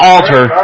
Alter